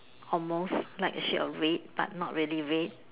almost like the shade of red but not really red